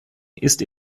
ist